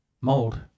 mold